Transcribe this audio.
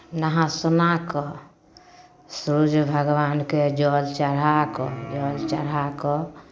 नहा सुना कऽ सूर्य भगवानके जल चढ़ा कऽ जल चढ़ा कऽ